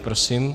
Prosím.